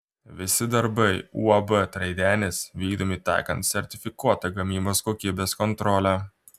visi darbai uab traidenis vykdomi taikant sertifikuotą gamybos kokybės kontrolę